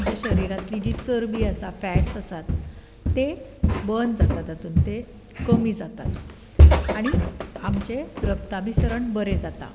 आमच्या शरिरांतली जी चरबी आसा फॅट्स आसात ते बर्न जाता तातूंत ते कमी जातात आनी आमचें रक्ता भिसरण बरें जाता